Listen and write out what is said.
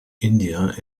india